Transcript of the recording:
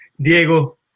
Diego